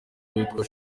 uwitwa